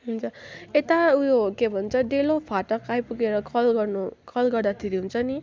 हुन्छ यता उयो के भन्छ डेलो फाटक आइपुगेर कल गर्नु कल गर्दाखेरि हुन्छ नि